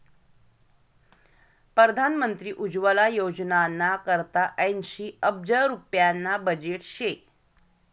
परधान मंत्री उज्वला योजनाना करता ऐंशी अब्ज रुप्याना बजेट शे